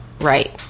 right